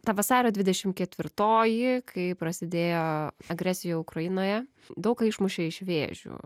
ta vasario dvidešim ketvirtoji kai prasidėjo agresija ukrainoje daug ką išmušė iš vėžių